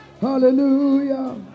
Hallelujah